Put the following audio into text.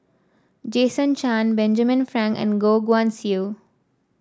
Jason Chan Benjamin Frank and Goh Guan Siew